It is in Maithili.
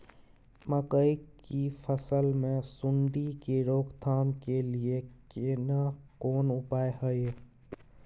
मकई की फसल मे सुंडी के रोक थाम के लिये केना कोन उपाय हय?